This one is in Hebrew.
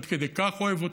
עד כדי כך אוהב אותה,